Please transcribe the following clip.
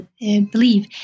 believe